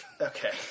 Okay